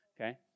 okay